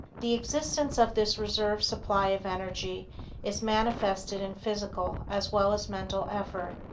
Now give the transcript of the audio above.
the existence of this reserve supply of energy is manifested in physical as well as mental effort.